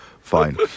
fine